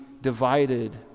divided